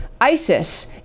ISIS